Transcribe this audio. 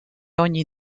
ogni